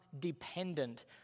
dependent